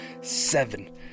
seven